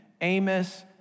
Amos